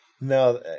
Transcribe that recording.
no